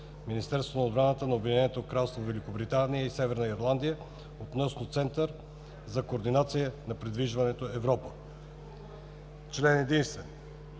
Министерството на отбраната на Обединеното кралство Великобритания и Северна Ирландия относно Център за координация на придвижването „Европа“. Член единствен.